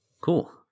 cool